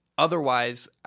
Otherwise